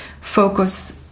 focus